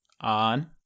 On